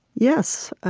yes,